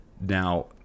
Now